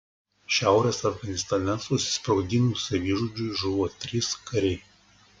šiaurės afganistane susisprogdinus savižudžiui žuvo trys kariai